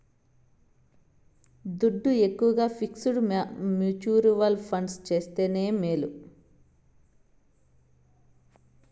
దుడ్డు ఎక్కవగా fixed mutual funds దాస్తేనే మేలు